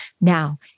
Now